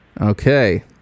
Okay